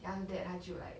then after that 他就 like